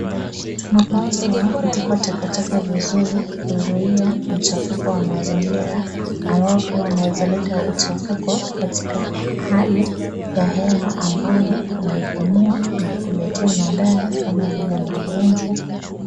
Tunapaswa kutupa takataka vizuri kuzuia mchafuko wa mazingira ambao pia unaweza leta uchafuko katika hali ya hewa ambayo tunaipumua na kutuletea madhara kama vile magonjwa.